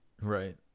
Right